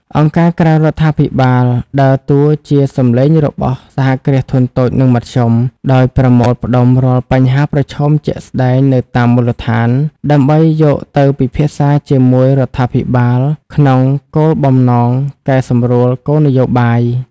អង្គការក្រៅរដ្ឋាភិបាលដើរតួជា "សំឡេងរបស់ សហគ្រាសធុនតូច និងមធ្យម " ដោយប្រមូលផ្ដុំរាល់បញ្ហាប្រឈមជាក់ស្ដែងនៅតាមមូលដ្ឋាន ដើម្បីយកទៅពិភាក្សាជាមួយរាជរដ្ឋាភិបាលក្នុងគោលបំណងកែសម្រួលគោលនយោបាយ។